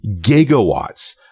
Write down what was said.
gigawatts